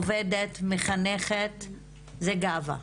עובדת, מחנכת, זאת גאווה.